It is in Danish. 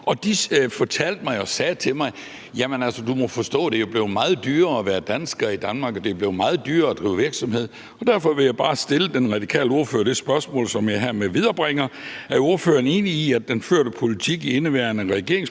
De fortalte mig: Du må forstå, at det er blevet meget dyrere at være dansker i Danmark og det er blevet meget dyrere at drive virksomhed. Derfor vil jeg bare viderebringe et spørgsmål til den radikale ordfører: Er ordføreren enig i, at den førte politik i indeværende regeringsperiode